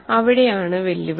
അവിടെയാണ് വെല്ലുവിളി